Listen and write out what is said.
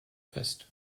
fest